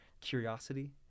curiosity